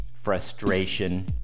frustration